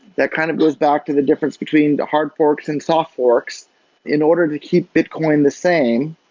that kind of goes back to the difference between the hard forks and soft forks in order to keep bitcoin the same,